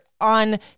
on